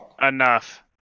Enough